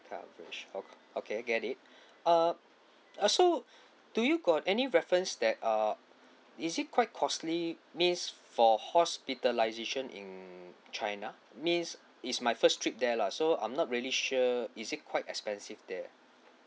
coverage okay okay get it uh uh so do you got any reference that err is it quite costly means for hospitalisation in china means it's my first trip there lah so I'm not really sure is it quite expensive there